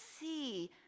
see